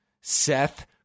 Seth